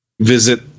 visit